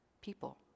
people